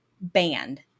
banned